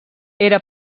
era